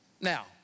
Now